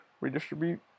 redistribute